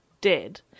dead